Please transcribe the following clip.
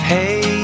Hey